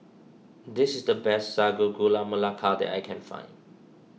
this is the best Sago Gula Melaka that I can find